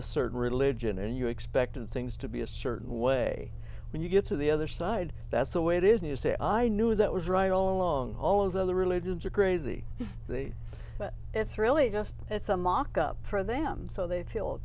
a certain religion and you expected things to be a certain way when you get to the other side that's the way it is new say i knew that was right all along all those other religions are crazy the but it's really just it's a mock up for them so they feel